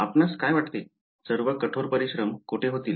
आपणास काय वाटते सर्व कठोर परिश्रम कुठे होतील